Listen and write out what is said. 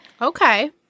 Okay